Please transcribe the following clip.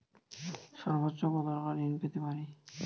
সর্বোচ্চ কত টাকা ঋণ পেতে পারি?